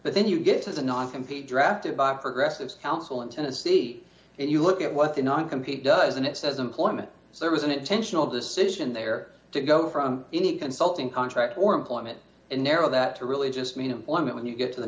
but then you get as a non compete drafted by progressive council in tennessee and you look at what the non compete does and it says employment there was an intentional decision there to go from any consulting contract or employment and narrow that to really just mean employment when you get to the